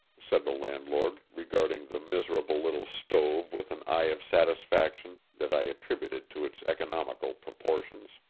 said the landlord, regarding the miserable little stove with an eye of satisfaction that i attributed to its economical proportions.